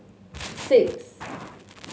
six